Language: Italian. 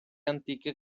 antichi